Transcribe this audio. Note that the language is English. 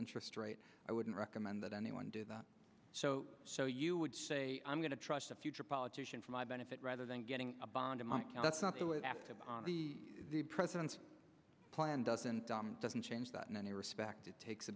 interest rate i wouldn't recommend that anyone do that so so you would say i'm going to trust a future politician for my benefit rather than getting a bond in my case that's not the way that the president's plan doesn't doesn't change that in any respect it takes a